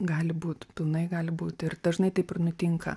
gali būti pilnai gali būti ir dažnai taip ir nutinka